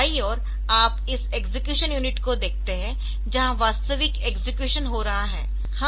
बाईं ओर आप इस एक्सेक्यूशन यूनिट को देखते है जहां वास्तविक एक्सेक्यूशन हो रहा है